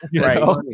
Right